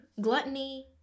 gluttony